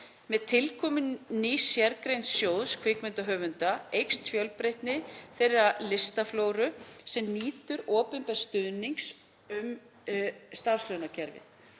Með tilkomu nýs sérgreinds sjóðs kvikmynda höfunda eykst fjölbreytni þeirra listaflóru sem nýtur opinbers stuðnings um starfslaunakerfið.